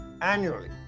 Annually